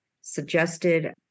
suggested